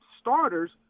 starters